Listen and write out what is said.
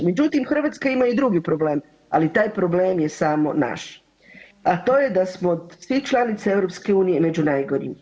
Međutim, Hrvatska ima i drugi problem ali taj problem je samo naš, a to je da smo sve članice EU među najgorim.